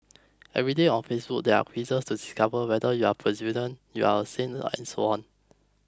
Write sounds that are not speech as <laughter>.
every day on Facebook there are quizzes to discover whether you are <unintelligible> you are a saint and so on